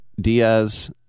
Diaz